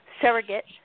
surrogate